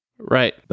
Right